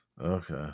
Okay